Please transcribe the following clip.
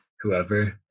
whoever